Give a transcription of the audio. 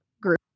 group